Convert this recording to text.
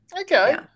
Okay